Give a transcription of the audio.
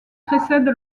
précède